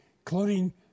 including